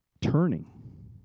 turning